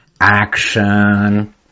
action